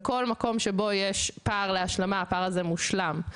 בכל מקום שבו יש פער להשלמה הפער הזה מושלם.